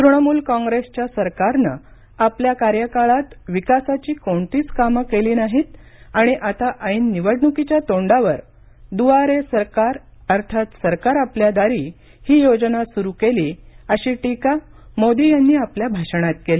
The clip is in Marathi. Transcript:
तृणमूल काँग्रेसच्या सरकारनं आपल्या कार्यकाळात विकासाची कोणतीच कामं केली नाहीत आणि आता ऐन निवडणुकीच्या तोंडावर दुआरे सरकार अर्थात सरकार आपल्या दारी ही योजना सुरू केली अशी टीका मोदी यांनी आपल्या भाषणात केली